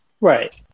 Right